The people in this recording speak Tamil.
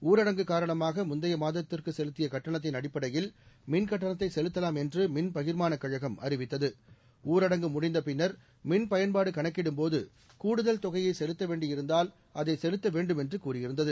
ஊரடங்கு காரணமாக முந்தைய மாதத்திற்கு செலுத்திய கட்டணத்தின் அடிப்படையில் மின் கட்டணத்தை செலுத்தலாம் என்று மின்பகிர்மானக் கழகம் அறிவித்தது ஊரடங்கு முடிந்த பின்னர் மின் பயன்பாடு கணக்கிடும்போது கூடுதல் தொகையை செலுத்த வேண்டியிருந்தால் அதை செலுத்த வேண்டும் என்று கூறியிருந்தது